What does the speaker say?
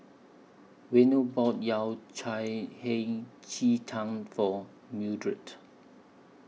Waino bought Yao Cai Hei Ji Tang For Mildred